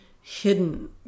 hidden